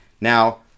Now